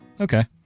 Okay